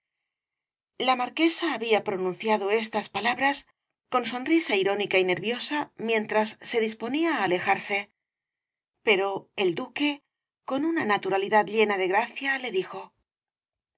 la marquesa había pronunciado estas palabras con sonrisa irónica y nerviosa mientras se disponía á alejarse pero el duque con una naturalidad llena de gracia le dijo oh